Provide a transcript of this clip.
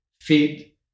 feed